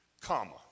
comma